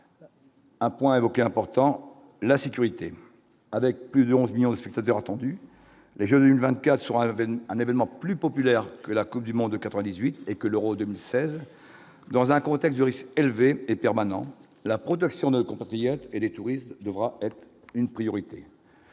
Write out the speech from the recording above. Un point évoqué important : la sécurité, avec plus de 11 millions de feu Vert attendu les jeunes 24 sera un événement plus populaire que la Coupe du monde 98 et que l'Euro 2016 dans un contexte de risque élevé et permanent, la protection de nos compatriotes et les touristes devra être une priorité.